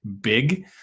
big